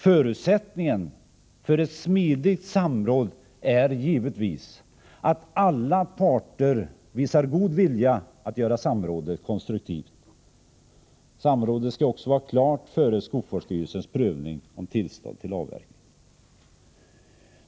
Förutsättningen för ett smidigt samråd är givetvis att alla parter visar god vilja att göra samrådet konstruktivt. Samrådet skall vara klart före skogsvårdsstyrelsens prövning om tillstånd till avverkning.